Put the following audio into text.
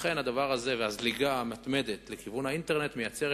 לכן הדבר הזה והזליגה המתמדת לכיוון האינטרנט יוצרים